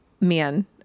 man